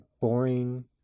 boring